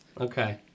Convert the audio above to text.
Okay